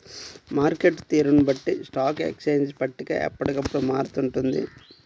market తీరును బట్టి stock exchange పట్టిక ఎప్పటికప్పుడు మారుతూ ఉంటుంది